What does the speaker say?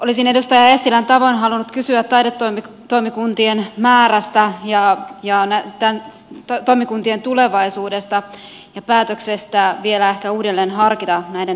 olisin edustaja eestilän tavoin halunnut kysyä taidetoimikuntien määrästä ja toimikuntien tulevaisuudesta ja päätöksestä vielä ehkä uudelleen harkita näiden määrää